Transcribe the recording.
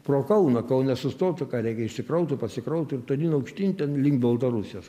pro kauną kaune sustotų ką reikia išsikrautų pasikrautų ir tolyn aukštyn ten link baltarusijos